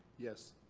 yes.